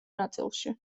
ნაწილში